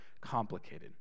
complicated